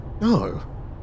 No